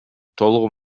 толугу